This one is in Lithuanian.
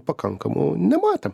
pakankamų nematėm